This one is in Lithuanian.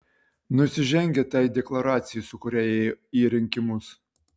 nusižengia tai deklaracijai su kuria ėjo į rinkimus